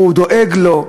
הוא דואג לו.